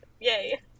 yay